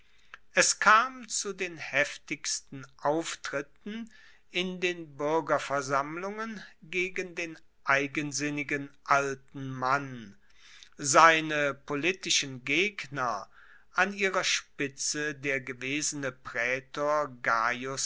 es kam zu den heftigsten auftritten in den buergerversammlungen gegen den eigensinnigen alten mann seine politischen gegner an ihrer spitze der gewesene praetor gaius